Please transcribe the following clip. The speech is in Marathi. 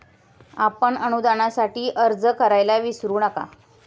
आपण अनुदानासाठी अर्ज करायला विसरू नका